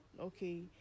Okay